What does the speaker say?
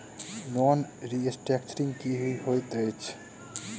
Loan restructuring की होइत अछि?